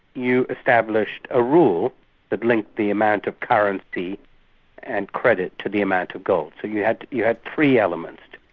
you established a rule that linked the amount of currency and credit to the amount of gold. so you had you had three elements.